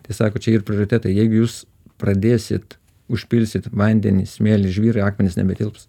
tai sako čia ir prioritetai jeigu jūs pradėsit užpilsit vandenį smėlį žvyrą i akmenys nebetilps